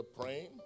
praying